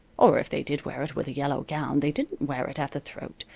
or if they did wear it with a yellow gown, they didn't wear it at the throat.